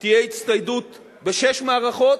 תהיה הצטיידות בשש מערכות,